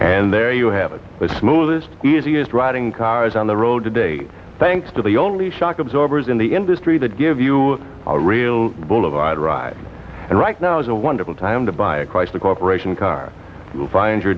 and there is you have a smoothest easiest riding cars on the road today thanks to the only shock absorbers in the industry that give you a real boulevard ride and right now is a wonderful time to buy a chrysler corporation car you will find your